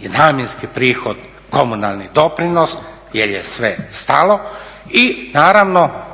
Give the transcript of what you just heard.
namjenski prihod, komunalni doprinos jer je sve stalo i naravno,